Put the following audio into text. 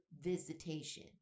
visitation